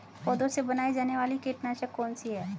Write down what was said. पौधों से बनाई जाने वाली कीटनाशक कौन सी है?